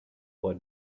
what